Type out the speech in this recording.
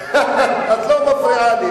אולי אני